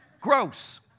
Gross